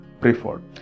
preferred